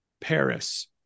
paris